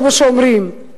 כמו שאומרים,